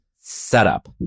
setup